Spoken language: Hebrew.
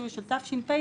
שהוא של תש"פ,